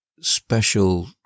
special